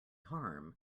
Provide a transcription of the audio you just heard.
harm